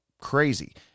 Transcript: crazy